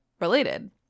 related